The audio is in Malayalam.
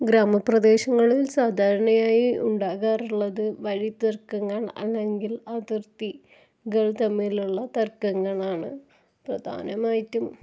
ഗ്രാമപ്രദേശങ്ങളില് സാധാരണയായി ഉണ്ടാകാറുള്ളത് വഴി തര്ക്കങ്ങള് അല്ലെങ്കില് അതിര്ത്തി കള് തമ്മിലുള്ള തര്ക്കങ്ങളാണ് പ്രധാനമായിട്ടും